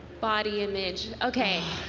body image. okay.